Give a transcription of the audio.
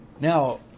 now